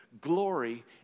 glory